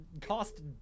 cost